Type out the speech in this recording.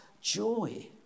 joy